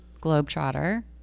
globetrotter